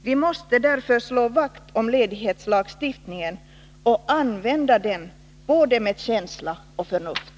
Vi måste därför slå vakt om ledighetslagstiftningen och använda den med både känsla och förnuft.